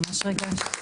ממש ריגשת.